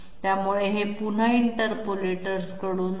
त्यामुळे हे पुन्हा इंटरपोलेटर्सकडून आहे